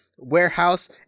warehouse